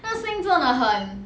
那个声音真的很